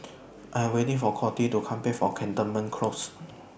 I Am waiting For Codie to Come Back from Cantonment Close